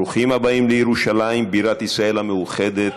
ברוכים הבאים לירושלים, בירת ישראל המאוחדת,